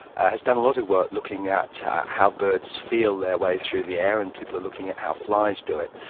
has done a lot of work looking at how birds feel their way through the air and people are looking at how flies do it.